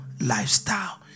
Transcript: lifestyle